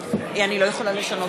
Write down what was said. לא,